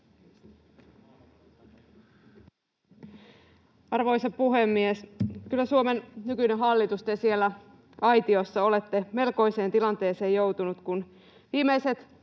Arvoisa puhemies! Kyllä Suomen nykyinen hallitus, te siellä aitiossa, olette melkoiseen tilanteeseen joutuneet, kun viimeiset